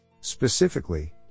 Specifically